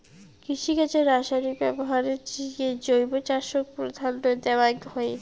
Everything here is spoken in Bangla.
কৃষিকাজে রাসায়নিক ব্যবহারের চেয়ে জৈব চাষক প্রাধান্য দেওয়াং হই